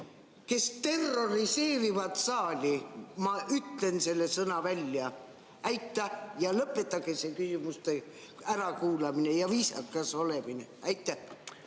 kes terroriseerivad saali. Ma ütlen selle sõna välja. Lõpetage see küsimuste ärakuulamine ja viisakas olemine! Aitäh,